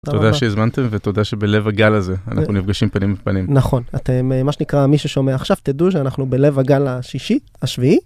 ‫תודה שהזמנתם ותודה שבלב הגל הזה ‫אנחנו נפגשים פנים בפנים. ‫נכון, אתם מה שנקרא מי ששומע עכשיו ‫תדעו שאנחנו בלב הגל השישי, השביעי.